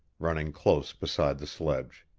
running close beside the sledge.